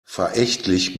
verächtlich